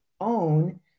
own